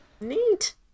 Neat